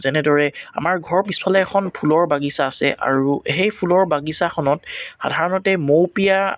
যেনেদৰে আমাৰ ঘৰৰ পিছফালে এখন ফুলৰ বাগিছা আছে আৰু সেই ফুলৰ বাগিছাখনত সাধাৰণতে মৌপিয়া